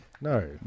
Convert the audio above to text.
No